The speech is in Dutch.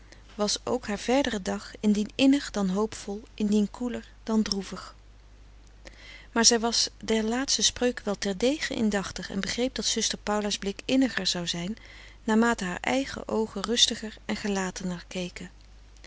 was ook haar verdere dag indien innig dan hoopvol indien koeler dan droevig maar zij was der laatste spreuke wel terdege indachtig en begreep dat zuster paula's blik inniger zou zijn naarmate haar eigen oogen rustiger en gelatener